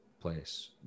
place